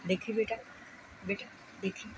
ਦੇਖੀ ਬੇਟਾ ਬੇਟਾ ਦੇਖੀ